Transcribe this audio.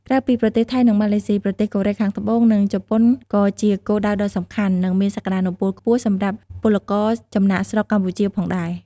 ក្រៅពីប្រទេសថៃ និងម៉ាឡេស៊ី ប្រទេសកូរ៉េខាងត្បូង និងជប៉ុនក៏ជាគោលដៅដ៏សំខាន់ និងមានសក្ដានុពលខ្ពស់សម្រាប់ពលករចំណាកស្រុកកម្ពុជាផងដែរ ។